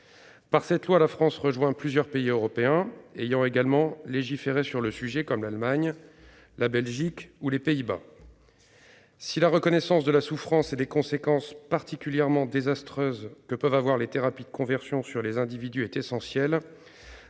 de loi, la France rejoint plusieurs pays européens ayant déjà légiféré sur le sujet, comme l'Allemagne, la Belgique ou les Pays-Bas. Si la reconnaissance de la souffrance et des conséquences particulièrement désastreuses que peuvent avoir les thérapies de conversion sur les individus est essentielle,